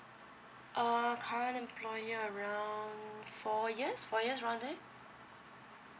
uh currently employer around four years four years around there